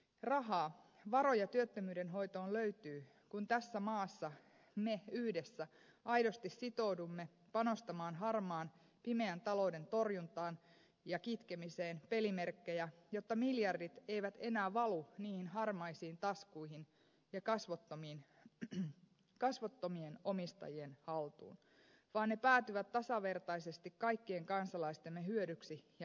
rahaa varoja työttömyyden hoitoon löytyy kun tässä maassa me yhdessä aidosti sitoudumme panostamaan harmaan pimeän talouden torjuntaan ja kitkemiseen pelimerkkejä jotta miljardit eivät enää valu niihin harmaisiin taskuihin ja kasvottomien omistajien haltuun vaan ne päätyvät tasavertaisesti kaikkien kansalaistemme hyödyksi ja mahdollisuudeksi